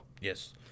Yes